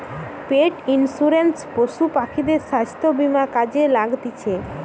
পেট insurance পশু পাখিদের স্বাস্থ্য বীমা কাজে লাগতিছে